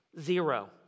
Zero